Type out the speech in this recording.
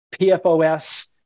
PFOS